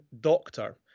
doctor